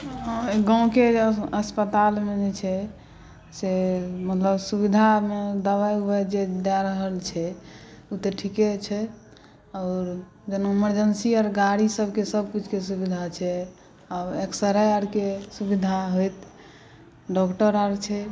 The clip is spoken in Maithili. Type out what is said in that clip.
गामके अस्पतालमे जे छै से मतलब सुविधामे दबाइ उबाइ जे दए रहल छै ओ तऽ ठीके छै आओर जेना इमर्जेन्सी आओर गाड़ीसभके सभकिछुके सुविधा छै आ एक्स रे आओरके सुविधा होइत डॉक्टर आओर छै